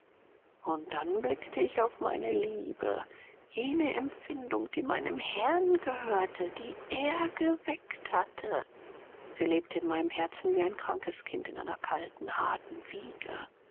und dann blickte ich auf meine liebe jene empfindung die meinem herrn gehörte die er geweckt hatte sie lebte in meinem herzen wie ein krankes kind in einer kalten harten wiege